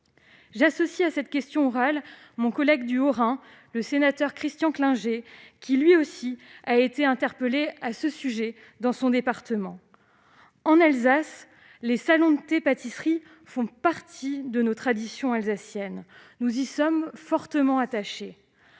J'associe à cette question orale mon collègue du Haut-Rhin, le sénateur Christian Klinger, qui a, lui aussi, été interpellé à ce sujet dans son département. En Alsace, les salons de thé-pâtisseries font partie de notre tradition. Nous y sommes fortement attachés.